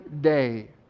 day